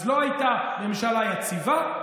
אז לא הייתה ממשלה יציבה,